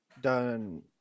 done